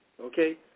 Okay